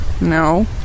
No